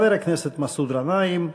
חבר הכנסת מסעוד גנאים,